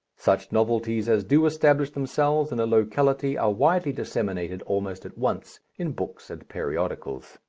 such novelties as do establish themselves in a locality are widely disseminated almost at once in books and periodicals.